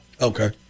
Okay